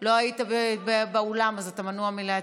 לא היית באולם אז אתה מנוע מלהצביע.